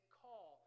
call